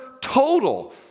total